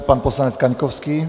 Pan poslanec Kaňkovský.